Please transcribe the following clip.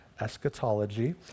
eschatology